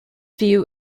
view